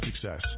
success